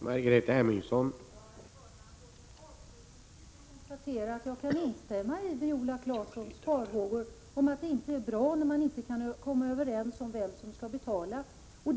Herr talman! Låt mig avslutningsvis konstatera att jag kan instämma i Viola Claessons farhågor. Det är inte bra när man inte kan komma överens om vem som skall betala.